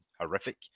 horrific